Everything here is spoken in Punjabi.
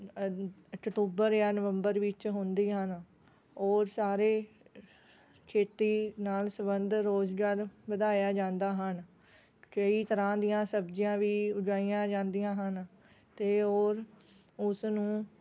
ਅ ਅਕਤੂਬਰ ਜਾਂ ਨਵੰਬਰ ਵਿੱਚ ਹੁੰਦੀ ਹਨ ਔਰ ਸਾਰੇ ਖੇਤੀ ਨਾਲ ਸਬੰਧ ਰੁਜ਼ਗਾਰ ਵਧਾਇਆ ਜਾਂਦਾ ਹਨ ਕਈ ਤਰ੍ਹਾਂ ਦੀਆਂ ਸਬਜ਼ੀਆਂ ਵੀ ਉਗਾਈਆਂ ਜਾਂਦੀਆਂ ਹਨ ਅਤੇ ਔਰ ਉਸ ਨੂੰ